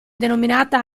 denominata